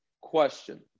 Question